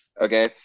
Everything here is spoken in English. okay